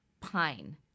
pine